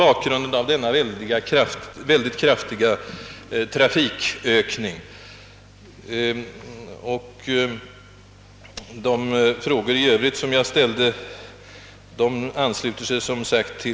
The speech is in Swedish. Jag har som jag antydde varit mycket intresserad av denna redan tidigare, och jag kanske därför återkommer i saken. I så fall är jag tacksam för att få diskutera denna särskilda principfråga med socialministern.